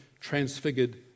transfigured